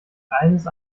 eines